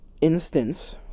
instance